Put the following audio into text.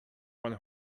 one